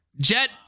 Jet